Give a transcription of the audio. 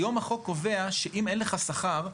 היום החוק קובע שאם אין לך שכר,